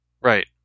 Right